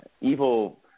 evil